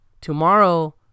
tomorrow